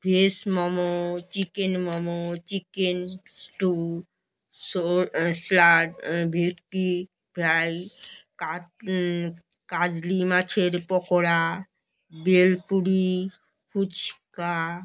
veg momo chicken momo chicken stew salad bhetki fry কা কাজলি মাছের পকোড়া ভেলপুরি ফুচকা